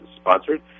sponsored